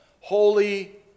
Holy